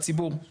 לציבור, סליחה.